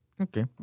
Okay